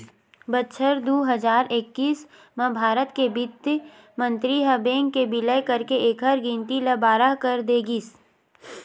बछर दू हजार एक्कीस म भारत के बित्त मंतरी ह बेंक के बिलय करके एखर गिनती ल बारह कर दे गिस